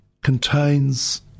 contains